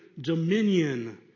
dominion